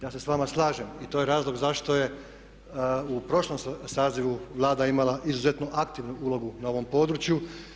Ja se sa vama slažem i to je razlog zašto je u prošlom sazivu Vlada imala izuzetno aktivnu ulogu na ovom području.